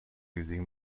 using